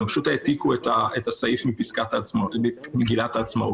הם פשוט העתיקו את הסעיף ממגילת העצמאות